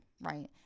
right